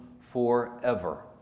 forever